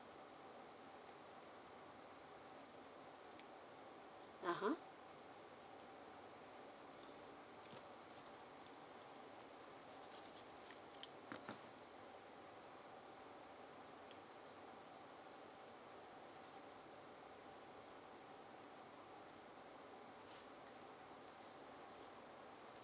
(uh huh)